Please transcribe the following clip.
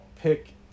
pick